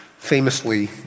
Famously